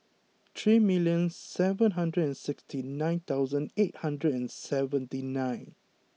three million seven hundred and sixty nine thousand eight hundred and seventy nine